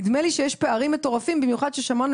נדמה לי שיש פערים מטורפים במיוחד ששמענו